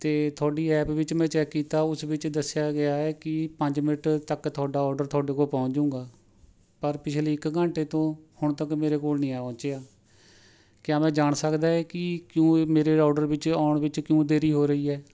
ਅਤੇ ਤੁਹਾਡੀ ਐਪ ਵਿੱਚ ਮੈਂ ਚੈੱਕ ਕੀਤਾ ਉਸ ਵਿੱਚ ਦੱਸਿਆ ਗਿਆ ਹੈ ਕਿ ਪੰਜ ਮਿੰਟ ਤੱਕ ਤੁਹਾਡਾ ਆਰਡਰ ਤੁਹਾਡੇ ਕੋਲ ਪਹੁੰਚ ਜੁਗਾ ਪਰ ਪਿਛਲੇ ਇੱਕ ਘੰਟੇ ਤੋਂ ਹੁਣ ਤੱਕ ਮੇਰੇ ਕੋਲ ਨਹੀਂ ਆ ਪਹੁੰਚਿਆ ਕਿਆ ਮੈਂ ਜਾਣ ਸਕਦਾ ਹਾਂ ਕਿ ਕਿਉਂ ਇਹ ਮੇਰੇ ਆਰਡਰ ਵਿੱਚ ਆਉਣ ਵਿੱਚ ਕਿਉਂ ਦੇਰੀ ਹੋ ਰਹੀ ਹੈ